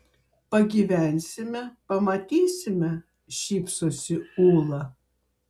pagyvensime pamatysime šypsosi ūla